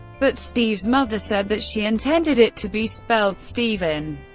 but steve's mother said that she intended it to be spelled stephen,